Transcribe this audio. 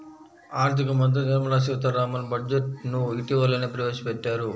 ఆర్ధిక మంత్రి నిర్మలా సీతారామన్ బడ్జెట్ ను ఇటీవలనే ప్రవేశపెట్టారు